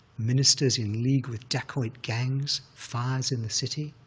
ministers in league with dacoit gangs, fires in the city.